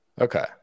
Okay